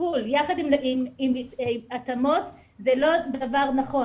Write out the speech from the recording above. טיפול יחד עם התאמות זה לא דבר נכון.